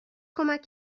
کمک